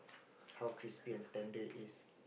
how crispy and tender it is